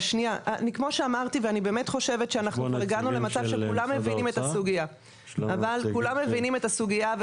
כמו שאמרתי ואני באמת חושבת שאנחנו הגענו למצב שכולנו מבינים את הסוגיה.